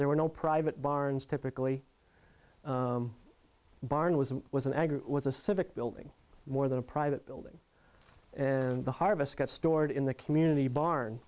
there were no private barns typically barn was was an ag was a civic building more than a private building and the harvest got stored in the community barn